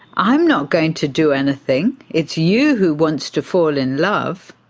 i'm not going to do anything, it's you who wants to fall in love.